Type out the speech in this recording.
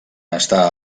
està